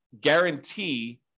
guarantee